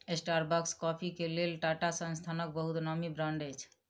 Starbucks coffee के लेल टाटा संस्थानक बहुत नामी ब्रांड अछि